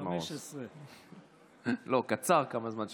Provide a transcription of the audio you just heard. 15 דקות.